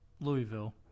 louisville